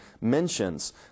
mentions